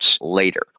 later